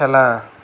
খেলা